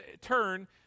turn